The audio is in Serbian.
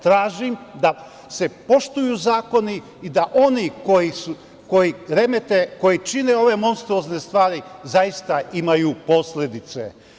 Tražim da se poštuju zakoni i da oni koji remete, koji čine ove monstruozne stvari zaista imaju posledice.